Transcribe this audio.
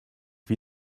wie